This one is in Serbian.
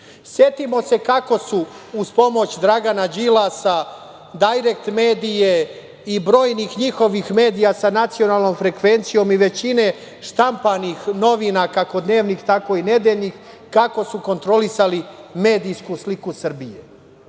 Setimo se kako su uz pomoć Dragana Đilasa, „Dajrekt medije“ i brojnih njihovih medija sa nacionalnom frekvencijom i većine štampanih novina, kako dnevnih, tako i nedeljnih, kako su kontrolisali medijsku sliku Srbije.